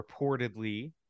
reportedly